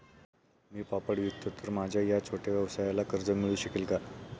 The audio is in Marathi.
मी पापड विकतो तर माझ्या या छोट्या व्यवसायाला कर्ज मिळू शकेल का?